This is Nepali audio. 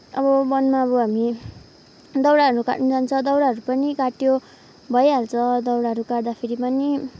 अब वनमा अब हामी दाउराहरू काट्न जान्छ दाउराहरू पनि काट्यो भइहाल्छ दाउराहरू काट्दाखेरि पनि